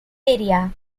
area